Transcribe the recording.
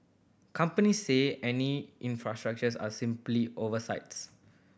companies say any are simply oversights